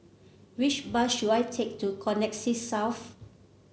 which bus should I take to Connexis South